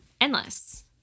endless